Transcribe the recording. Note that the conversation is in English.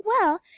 Well